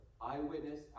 eyewitness